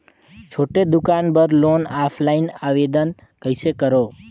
छोटे दुकान बर लोन ऑफलाइन आवेदन कइसे करो?